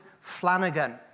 Flanagan